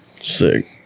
sick